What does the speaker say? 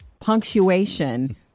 punctuation